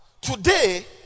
today